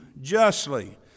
justly